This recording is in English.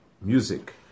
music